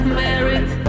merit